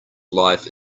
life